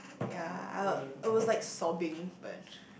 ya I would it was like sobbing but